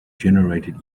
generated